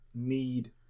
need